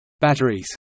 Batteries